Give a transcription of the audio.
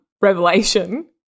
revelation